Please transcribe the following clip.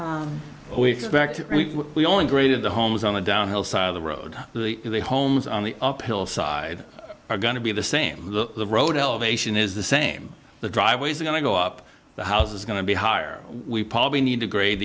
expect we only graded the homes on the downhill side of the road the homes on the uphill side are going to be the same the road elevation is the same the driveways are going to go up the house is going to be higher we probably need to grade